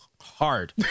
hard